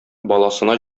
баласына